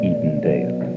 Edendale